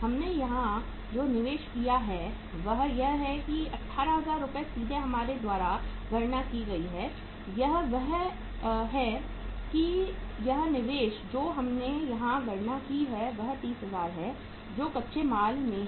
हमने यहां जो निवेश किया है वह यह है कि 18000 रुपये सीधे हमारे द्वारा गणना की गई है यह है कि यह निवेश जो हमने यहां गणना की है वह 30000 है जो कच्चे माल में है